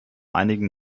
einigen